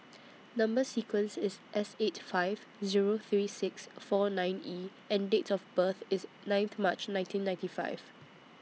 Number sequence IS S eight five Zero three six four nine E and Date of birth IS ninth March nineteen ninety five